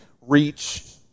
reach